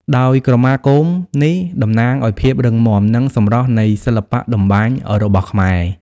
ដោយក្រមាគោមនេះតំណាងឱ្យភាពរឹងមាំ និងសម្រស់នៃសិល្បៈតម្បាញរបស់ខ្មែរ។